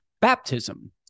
baptism